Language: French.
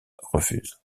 refuse